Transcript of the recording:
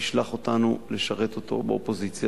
ישלח אותנו לשרת אותו באופוזיציה,